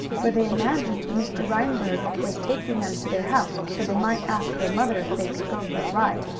for they imagined mr. reinberg was taking them to their house so they might ask their mother if they could go for a ride.